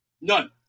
None